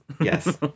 Yes